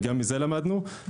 גם מזה למדנו.